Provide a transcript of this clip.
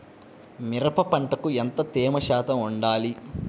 మిరప పంటకు ఎంత తేమ శాతం వుండాలి?